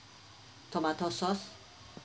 tomato sauce